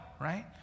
right